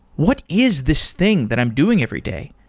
what is this thing that i'm doing every day?